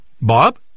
Bob